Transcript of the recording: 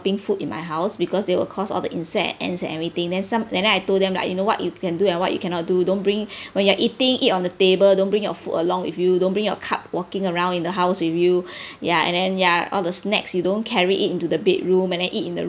food in my house because they will cause of the insect ants and everything then some and then I told them like you know what you can do and what you cannot do don't bring when you're eating eat on the table don't bring your food along with you don't bring your cup walking around in the house with you ya and then ya all the snacks you don't carry it into the bedroom and then eat in the